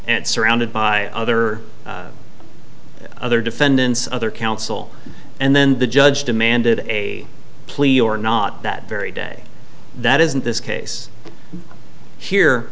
d surrounded by other other defendants other counsel and then the judge demanded a plea or not that very day that isn't this case here